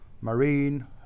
marine